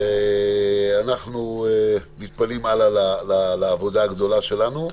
ואנחנו מתפנים הלאה לעבודה הגדולה שלנו,